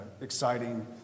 exciting